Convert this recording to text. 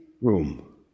room